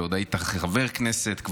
כשעוד היית חבר כנסת,